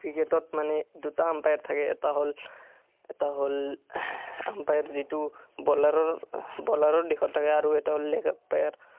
ক্ৰিকেটত মানে দুটা এম্পেয়াৰ থাকে এটা হ'ল এটা হ'ল এম্পেয়াৰ যিটো বলাৰৰ বলাৰৰ দিশত থাকে আৰু এটা হ'ল লেগ এম্পেয়াৰ